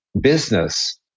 business